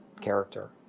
character